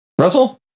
Russell